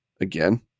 again